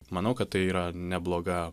manau kad tai yra nebloga